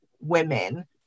women